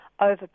over